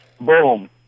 boom